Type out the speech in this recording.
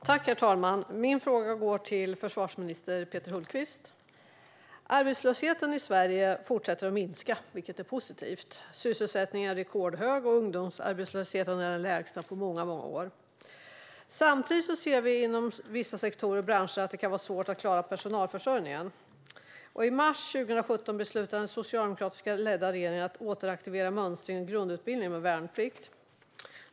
Herr talman! Min fråga går till försvarsminister Peter Hultqvist. Arbetslösheten i Sverige fortsätter att minska, vilket är positivt. Sysselsättningen är rekordhög, och ungdomsarbetslösheten är den lägsta på många år. Samtidigt ser vi inom vissa sektorer och branscher att det kan vara svårt att klara personalförsörjningen. I mars beslutade den socialdemokratiskt ledda regeringen att återaktivera mönstring och grundutbildning med värnplikt.